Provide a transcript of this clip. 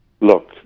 look